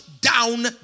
down